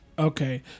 Okay